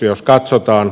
jos katsotaan